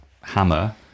hammer